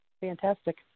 Fantastic